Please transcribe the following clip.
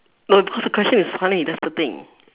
no because the question is funny that's the thing